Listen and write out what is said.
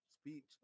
Speech